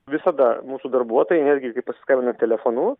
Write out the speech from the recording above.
visada mūsų darbuotojai netgi kai pasiskambina telefonu